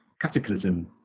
Cataclysm